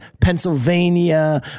Pennsylvania